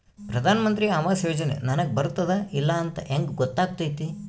ಪ್ರಧಾನ ಮಂತ್ರಿ ಆವಾಸ್ ಯೋಜನೆ ನನಗ ಬರುತ್ತದ ಇಲ್ಲ ಅಂತ ಹೆಂಗ್ ಗೊತ್ತಾಗತೈತಿ?